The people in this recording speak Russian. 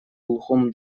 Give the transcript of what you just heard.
глухом